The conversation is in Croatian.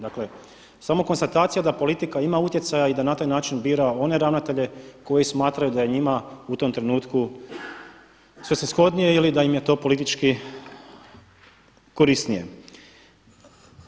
Dakle, samo konstatacija da politika ima utjecaja i da na taj način bira one ravnatelje koji smatraju da je njima u tom trenutku svrsishodnije ili da im je to politički korisnije.